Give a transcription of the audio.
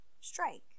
strike